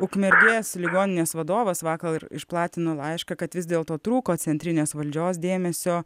ukmergės ligoninės vadovas vakar išplatino laišką kad vis dėlto trūko centrinės valdžios dėmesio